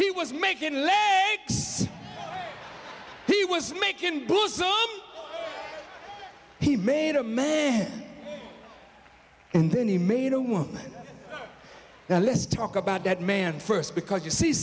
he was making bull some he made a man and then he made a woman now let's talk about that man first because you see